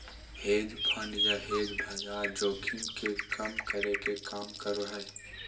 hedge fund या hedge बाजार जोखिम के कम करे के काम करो हय